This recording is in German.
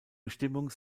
bestimmung